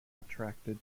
attracted